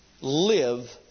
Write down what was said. live